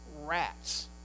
rats